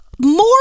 More